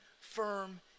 firm